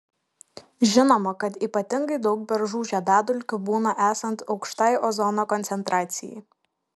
žinoma kad ypatingai daug beržų žiedadulkių būna esant aukštai ozono koncentracijai